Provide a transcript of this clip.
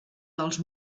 dels